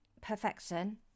Perfection